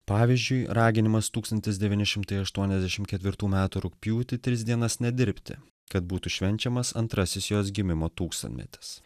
pavyzdžiui raginimas tūkstantis devyni šimtai aštuoniasdešimt ketvirtų metų rugpjūtį tris dienas nedirbti kad būtų švenčiamas antrasis jos gimimo tūkstantmetis